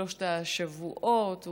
שלושת השבועות,